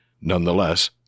Nonetheless